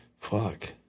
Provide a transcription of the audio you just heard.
Fuck